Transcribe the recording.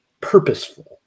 purposeful